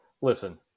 Listen